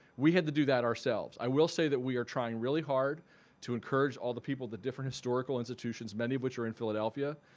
we had to do that ourselves. i will say that we are trying really hard to encourage all the people at the different historical institutions, many of which are in philadelphia,